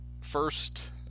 first